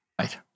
Right